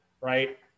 right